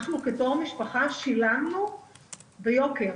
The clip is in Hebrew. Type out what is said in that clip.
אנחנו בתור משפחה שילמנו ביוקר.